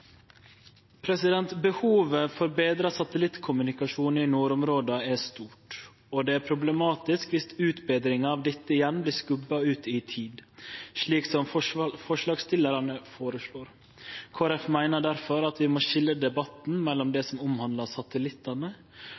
USA. Behovet for betra satellittkommunikasjon i nordområda er stort, og det er problematisk viss utbetringa av dette igjen blir skubba ut i tid, slik som forslagsstillarane føreslår. Kristeleg Folkeparti meiner difor at vi i debatten må skilje mellom det som omhandlar